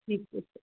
ٹھیٖک ٹھیٖک ٹھیک